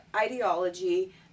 ideology